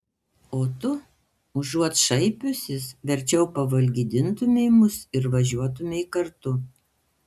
o tu užuot šaipiusis verčiau pavalgydintumei mus ir važiuotumei kartu